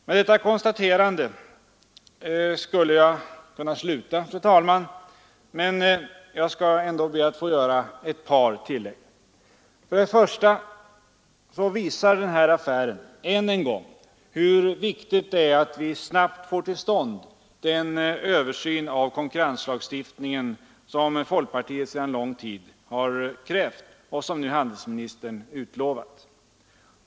Med detta konstaterande skulle jag kunna sluta. Men, fru talman, jag skall be att få göra ett par tillägg. För det första visar den här affären än en gång hur viktigt det är att vi snabbt får till stånd den översyn av konkurrenslagstiftningen som folkpartiet sedan lång tid har krävt och som nu handelsministern utlovat.